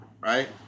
right